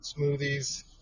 smoothies